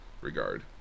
regard